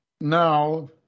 now